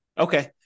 Okay